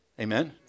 Amen